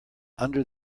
under